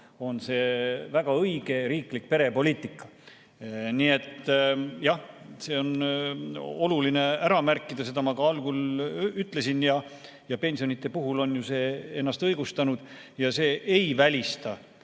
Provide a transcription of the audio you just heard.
on see väga õige riiklik perepoliitika. Nii et jah, see on oluline ära märkida, seda ma algul ütlesin – ja pensionide puhul on ju see ennast õigustanud ja see ei välista